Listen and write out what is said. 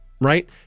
right